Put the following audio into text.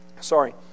Sorry